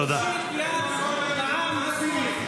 תושיט יד לעם הסורי.